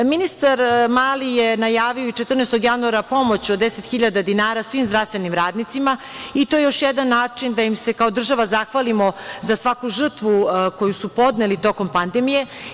Ministar Mali je najavio i 14. januara pomoć od 10.000 dinara svim zdravstvenim radnicima i to je još jedan način da im se kao država zahvalimo za svaku žrtvu koju su podneli tokom pandemije.